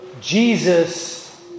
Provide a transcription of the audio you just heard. Jesus